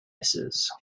misses